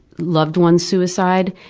loved one's suicide.